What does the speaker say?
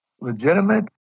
legitimate